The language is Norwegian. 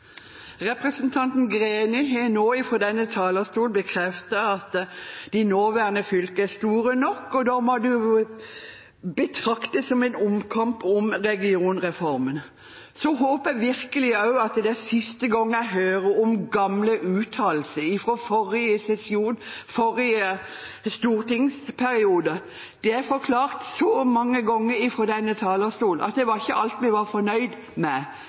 Representanten Torhild Bransdal har hatt ordet to ganger tidligere og får ordet til en kort merknad, begrenset til 1 minutt. Representanten Greni har nettopp fra denne talerstolen bekreftet at de nåværende fylkene er store nok, og det må jo betraktes som en omkamp om regionreformen. Jeg håper virkelig dette er siste gangen jeg hører om gamle uttalelser, fra forrige sesjon og forrige stortingsperiode. Det er blitt forklart så mange ganger fra denne talerstolen at